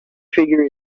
figure